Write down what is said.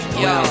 yo